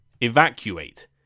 Evacuate